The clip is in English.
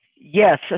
Yes